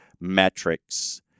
metrics